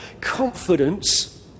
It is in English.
confidence